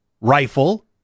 rifle